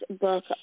book